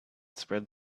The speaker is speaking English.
spread